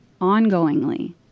ongoingly